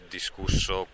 discusso